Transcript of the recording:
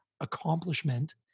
accomplishment